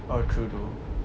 oh true though